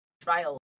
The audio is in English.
trial